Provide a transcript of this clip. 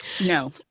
No